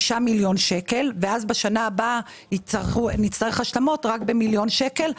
מיליון שקלים ואז בשנה הבאה נצטרך השלמה רק במיליון שקל.